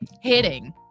hitting